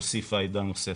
הוסיפה עדה נוספת.